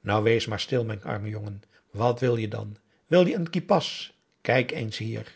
nou wees maar stil mijn arme jongen wat wil je dan wil je n kipas kijk eens hier